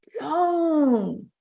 long